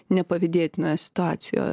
nepavydėtinoje situacijoje